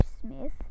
Smith